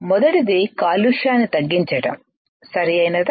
మొదటిది కాలుష్యాన్ని తగ్గించడం సరియైనదా